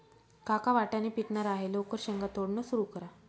काका वाटाणे पिकणार आहे लवकर शेंगा तोडणं सुरू करा